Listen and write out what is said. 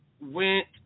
went